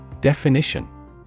Definition